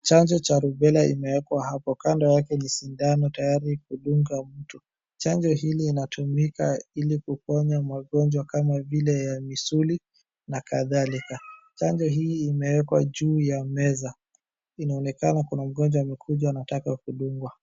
Chanjo cha Rubela imewekwa hapo, kando yake ni sindano tayari kudunga mtu, chanjo hili inatumika ili kuponya magonjwa kama vile ya misuli, na kadhalika. Chanjo hii imewekwa juu ya meza, inaonekana kuna mgonjwa amekuja anataka kudungwa.